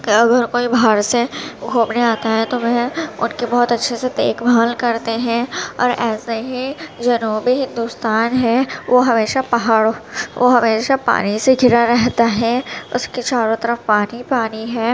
اگر کوئی باہر سے گھومنے آتا ہے تو وہ ان کے بہت اچھے سے دیکھ بھال کرتے ہیں اور ایسے ہی جنوبی ہندوستان ہے وہ ہمیشہ پہاڑوں وہ ہمیشہ پانی سے گھرا رہتا ہے اس کے چاروں طرف پانی ہی پانی ہے